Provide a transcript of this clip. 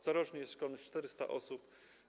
Corocznie jest szkolonych 400 osób.